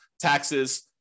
taxes